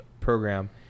program